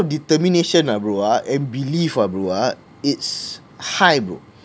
of determination ah bro ah and belief ah bro ah it's high bro